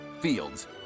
Fields